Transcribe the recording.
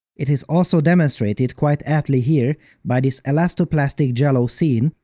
it is also demonstrated quite aptly here by this elastoplastic jello scene,